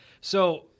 So-